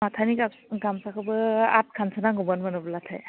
माथानि गामसाखौबो आदखानसो नांगौमोन मोनोब्लाथाय